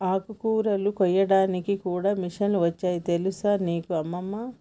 ఆకుకూరలు కోయడానికి కూడా మిషన్లు వచ్చాయి తెలుసా నీకు అమ్మమ్మ